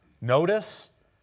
Notice